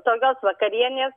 tokios vakarienės